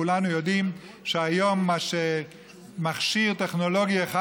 כולנו יודעים שהיום מה שמכשיר טכנולוגיה אחד